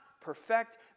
perfect